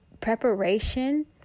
preparation